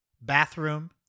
bathroom